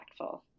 impactful